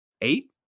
eight